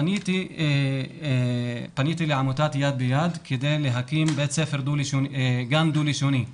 פניתי לעמותת יד ביד כדי להקים גן דו-לשוני.